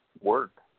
work